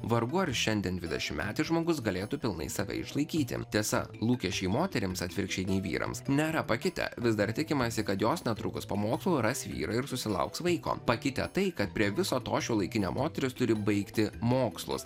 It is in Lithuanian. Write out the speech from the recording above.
vargu ar šiandien dvidešimtmetis žmogus galėtų pilnai save išlaikyti tiesa lūkesčiai moterims atvirkščiai nei vyrams nėra pakitę vis dar tikimasi kad jos netrukus po mokslų ras vyrą ir susilauks vaiko pakitę tai kad prie viso to šiuolaikinė moteris turi baigti mokslus